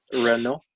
Renault